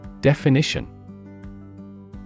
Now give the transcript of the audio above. Definition